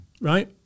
right